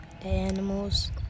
animals